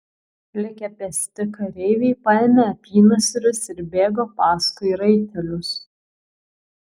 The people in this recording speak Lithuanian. likę pėsti kareiviai paėmė apynasrius ir bėgo paskui raitelius